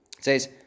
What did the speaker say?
says